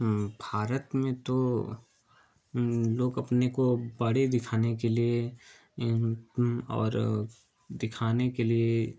भारत में तो लोग अपने को बड़े दिखाने के लिए और दिखाने के लिए